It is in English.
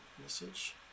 message